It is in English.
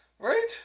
Right